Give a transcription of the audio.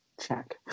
check